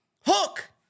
Hook